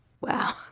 Wow